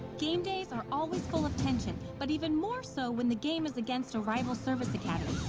game days are always full of tension, but even more so when the game is against a rival service academy,